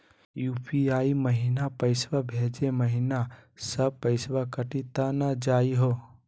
UPI महिना पैसवा भेजै महिना सब पैसवा कटी त नै जाही हो?